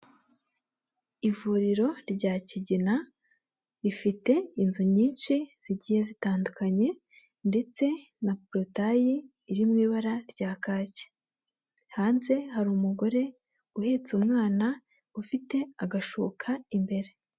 Ivuriro rya Kigina, rifite inzu nyinshi zigiye zitandukanye, ndetse na porotayi iri mu ibara rya kaki, hanze hari umugore uhetse umwana, ufite agashuka imbere.